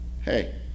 Hey